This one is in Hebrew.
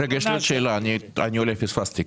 יש לי שאלה, אולי פספסתי.